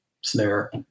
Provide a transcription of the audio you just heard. snare